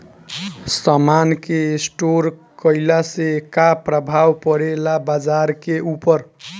समान के स्टोर काइला से का प्रभाव परे ला बाजार के ऊपर?